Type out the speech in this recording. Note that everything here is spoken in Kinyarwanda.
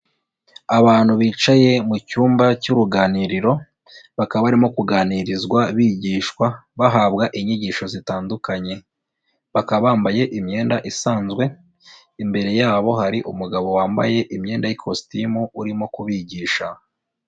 Abantu bicaye mu cyumba cy'uruganiriro, bakaba barimo kuganirizwa bigishwa bahabwa inyigisho zitandukanye, bakaba bambaye imyenda isanzwe, imbere yabo hari umugabo wambaye imyenda y'ikositimu urimo kubigisha.